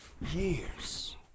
years